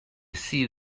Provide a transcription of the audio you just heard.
see